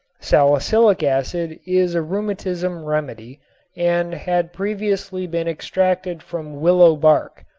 salicylic acid is a rheumatism remedy and had previously been extracted from willow bark.